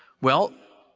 well,